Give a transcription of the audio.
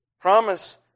Promise